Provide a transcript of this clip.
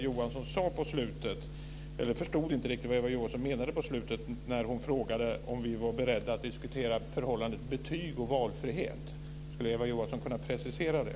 Jag förstod inte riktigt vad Eva Johansson menade på slutet när hon frågade om vi var beredda att diskutera förhållandet mellan betyg och valfrihet. Skulle Eva Johansson kunna precisera det?